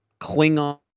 Klingon